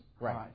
Right